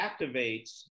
activates